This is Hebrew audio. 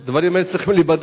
גם דברים אלה צריכים להיבדק?